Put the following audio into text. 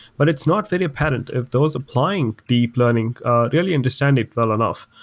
but it's not very apparent if those applying deep learning really understand it well enough.